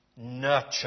nurture